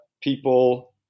people